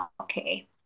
okay